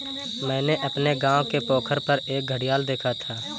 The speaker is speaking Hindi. मैंने अपने गांव के पोखर पर एक घड़ियाल देखा था